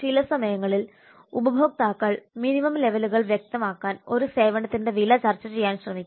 ചില സമയങ്ങളിൽ ഉപഭോക്താക്കൾ മിനിമം ലെവലുകൾ വ്യക്തമാക്കാൻ ഒരു സേവനത്തിന്റെ വില ചർച്ച ചെയ്യാൻ ശ്രമിക്കുന്നു